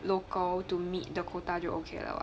local to meet the quota 就 okay liao